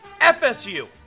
FSU